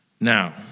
Now